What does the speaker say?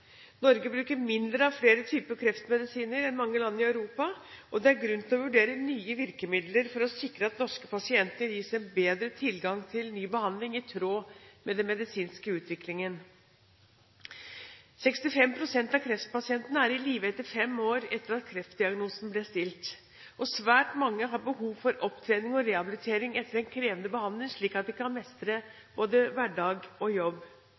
Norge bruker mindre av flere typer kreftmedisiner enn mange land i Europa. Det er grunn til å vurdere nye virkemidler for å sikre at norske pasienter gis en bedre tilgang til ny behandling i tråd med den medisinske utviklingen. 65 pst. av kreftpasientene er i live fem år etter at kreftdiagnosen ble stilt. Svært mange har behov for opptrening og rehabilitering etter en krevende behandling, slik at de kan mestre både hverdag og jobb.